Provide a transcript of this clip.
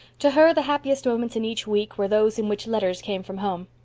to her, the happiest moments in each week were those in which letters came from home.